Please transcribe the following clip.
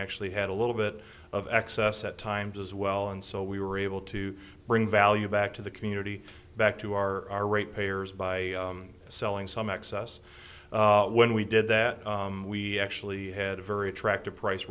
ctually had a little bit of excess at times as well and so we were able to bring value back to the community back to our rate payers by selling some excess when we did that we actually had a very attractive price